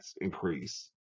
increase